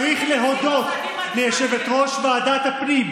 צריך להודות ליושבת-ראש ועדת הפנים,